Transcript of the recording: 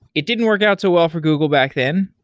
it didn't work out so well for google back then.